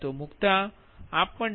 556 0